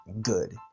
good